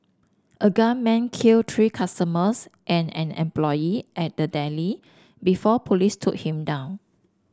a gunman killed three customers and an employee at the deli before police took him down